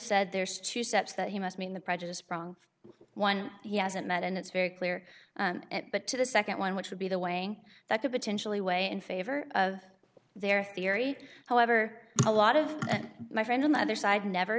said there's two steps that he must mean the prejudiced prong one he hasn't met and it's very clear but to the nd one which would be the way that could potentially weigh in favor of their theory however a lot of my friends on the other side never